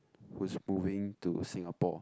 who's moving to Singapore